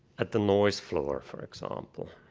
at the noise floor, for example.